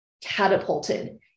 catapulted